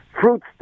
fruit